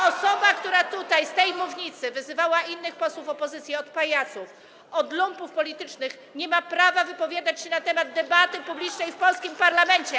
Osoba, która z tej mównicy wyzywała innych posłów opozycji od pajaców, od lumpów politycznych, nie ma prawa wypowiadać się na temat debaty publicznej w polskim parlamencie.